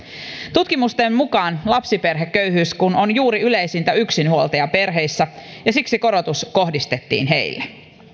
tutkimusten mukaan lapsiperheköyhyys kun on juuri yleisintä yksinhuoltajaperheissä ja siksi korotus kohdistettiin heille